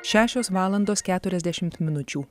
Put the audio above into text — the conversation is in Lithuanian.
šešios valandos keturiasdešimt minučių